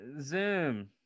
Zoom